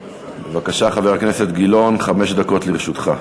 בבקשה, חבר הכנסת גילאון, חמש דקות לרשותך.